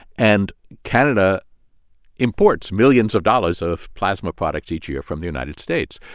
and canada imports millions of dollars of plasma products each year from the united states.